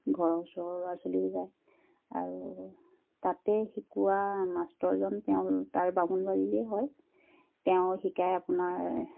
ঘৰৰ ওচৰৰ ল'ৰা ছোৱালীও যায় আৰু তাতে শিকোৱা মাষ্টৰজন তেওঁ তাৰ বামুণবাৰীৰে হয় তেওঁ শিকাই আপোনাৰ